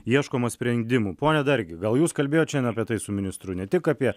ieškoma sprendimų pone dargi gal jūs kalbėjot apie tai su ministru ne tik apie